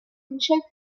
himself